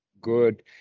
good